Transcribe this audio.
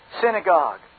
synagogue